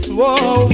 whoa